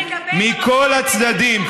מכל הצדדים,